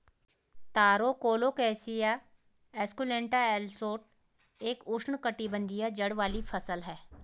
तारो colocasia esculenta L Schott एक उष्णकटिबंधीय जड़ वाली फसल है